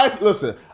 Listen